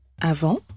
Avant